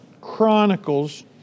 Chronicles